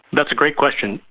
that's a great question.